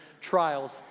trials